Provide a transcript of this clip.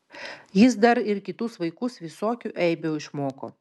jis dar ir kitus vaikus visokių eibių išmoko